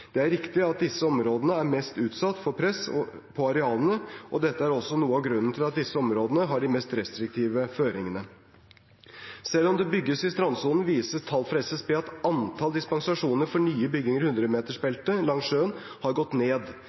Det er riktig at disse områdene er mest utsatt for press på arealene, og dette er også noe av grunnen til at disse områdene har de mest restriktive føringene. Selv om det bygges i strandsonen, viser tall fra SSB at antall dispensasjoner for nye bygninger i 100-metersbeltet langs sjøen har gått ned.